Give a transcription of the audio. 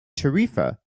tarifa